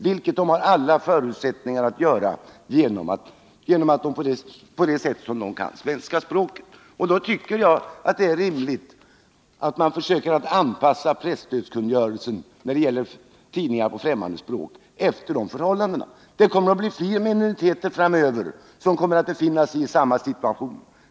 Det har de ju alla förutsättningar att göra, eftersom de kan svenska språket. Det är därför rimligt att vi försöker anpassa presstödskungörelsen när det gäller tidningar på främmande språk efter dessa förhållanden. Det kommer framöver att bli fler minoriteter i samma situation.